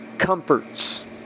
comforts